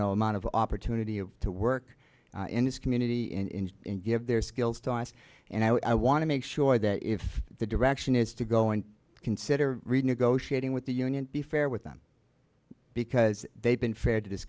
know amount of opportunity of to work in this community in and give their skills to us and i want to make sure that if the direction is to go and consider read negotiating with the union be fair with them because they've been fair to this